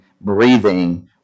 breathing